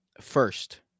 first